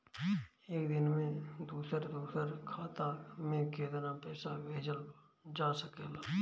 एक दिन में दूसर दूसर खाता में केतना पईसा भेजल जा सेकला?